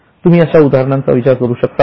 तुम्ही अशा उदाहरणाचा विचार करू शकता का